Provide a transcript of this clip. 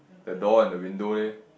that door and the window leh